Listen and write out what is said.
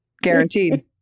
Guaranteed